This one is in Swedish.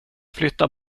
flyttar